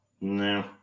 No